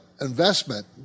investment